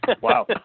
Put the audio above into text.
Wow